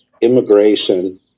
immigration